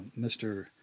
Mr